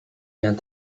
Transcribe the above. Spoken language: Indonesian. yang